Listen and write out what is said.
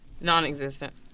Non-existent